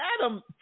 Adam